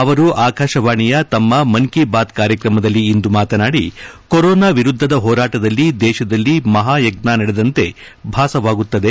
ಅವರು ಆಕಾಶವಾಣಿಯ ಶಮ್ಮ ಮನ್ ಕೀ ಬಾತ್ ಕಾರ್ಯಕ್ರಮದಲ್ಲಿ ಇಂದು ಮಾತನಾಡಿ ಕೊರೋನಾ ಎರುದ್ದದ ಹೋರಾಟದಲ್ಲಿ ದೇಶದಲ್ಲಿ ಮಹಾಯಜ್ಞಾ ನಡೆದೆದಂತೆ ಭಾಸವಾಗುತ್ತದೆ